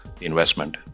investment